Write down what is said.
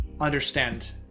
understand